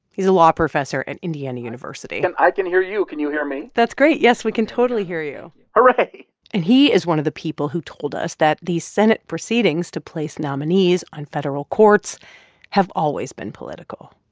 he's a law professor at indiana university and i can hear you. can you hear me? that's great. yes, we can totally hear you hooray and he is one of the people who told us that these senate proceedings to place nominees on federal courts have always been political,